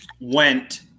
went